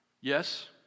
Yes